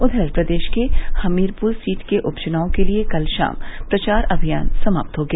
उधर प्रदेश के हमीरपुर सीट के उप चुनाव के लिए कल शाम प्रचार अभियान समाप्त हो गया